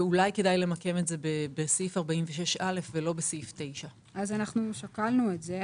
ואולי כדאי למקם את זה בסעיף 46א ולא בסעיף 9. שקלנו את זה.